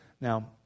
Now